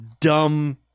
dumb